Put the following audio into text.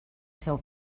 seu